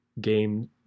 game